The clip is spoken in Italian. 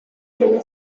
delle